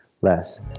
less